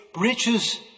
riches